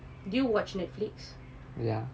do you watch Netflix yah